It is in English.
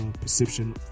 perception